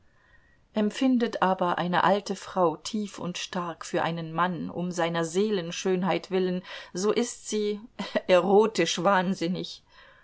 empfindet aber eine alte frau tief und stark für einen mann um seiner seelen schönheit willen so ist sie erotisch wahnsinnig